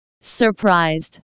surprised